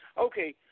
Okay